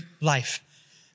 life